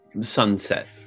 sunset